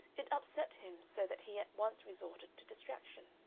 it upset him so that he at once resorted to distraction.